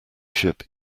ship